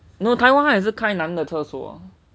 no taiwan 他也是开男的厕所